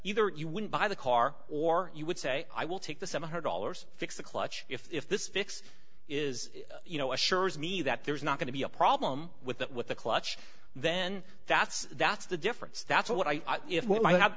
either you wouldn't buy the car or you would say i will take the seven hundred dollars fix the clutch if this fix is you know assures me that there's not going to be a problem with that with the clutch then that's that's the difference that's what i if what